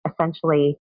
Essentially